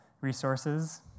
resources